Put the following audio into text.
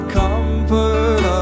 comfort